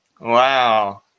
wow